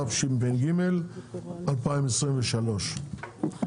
ו-2024), התשפ"ג-2023.